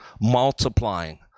multiplying